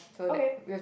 okay